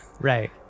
Right